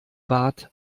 bad